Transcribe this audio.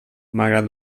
malgrat